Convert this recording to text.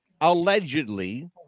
allegedly